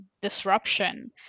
disruption